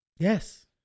Yes